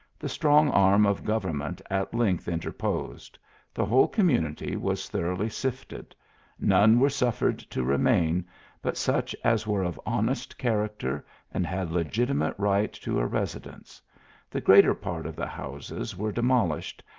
the strong arm of government at length interposed. the whole community was thoroughly sifted none were suffered to remain but such as were of honest character and had legitimate right to a residence the greater part of the houses were demolished,